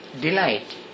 delight